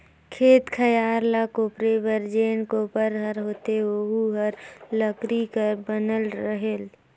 खेत खायर ल कोपरे बर जेन कोपर हर होथे ओहू हर लकरी कर बनल रहेल